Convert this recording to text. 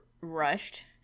rushed